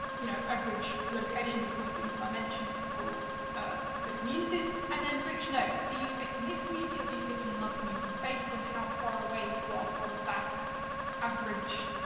you know, average locations across these dimensions for the communities? and then for each node, do you fit in this community or do you fit in another community? based on how far away you are from that average,